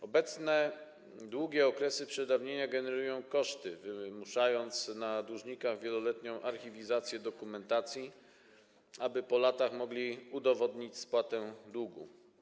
Obecne długie okresy przedawnienia generują koszty, wymuszając na dłużnikach wieloletnią archiwizację dokumentacji, aby po latach mogli udowodnić spłatę długu.